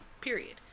Period